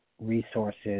resources